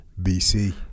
BC